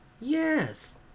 Yes